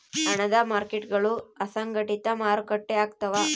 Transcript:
ಹಣದ ಮಾರ್ಕೇಟ್ಗುಳು ಅಸಂಘಟಿತ ಮಾರುಕಟ್ಟೆ ಆಗ್ತವ